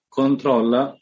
controlla